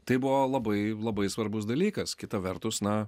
tai buvo labai labai svarbus dalykas kita vertus na